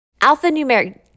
alphanumeric